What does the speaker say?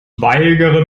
weigere